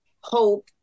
hope